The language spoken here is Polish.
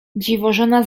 dziwożona